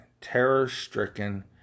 terror-stricken